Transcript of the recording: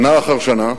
שנה אחר שנה,